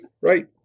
Right